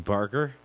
Parker